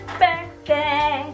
birthday